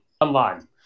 online